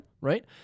right